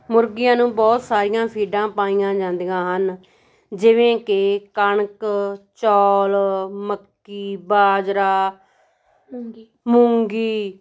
ਮੁਰਗੀਆਂ ਨੂੰ ਬਹੁਤ ਸਾਰੀਆਂ ਫੀਡਾਂ ਪਾਈਆਂ ਜਾਂਦੀਆਂ ਹਨ ਜਿਵੇਂ ਕਿ ਕਣਕ ਚੌਲ ਮੱਕੀ ਬਾਜਰਾ ਮੂੰਗੀ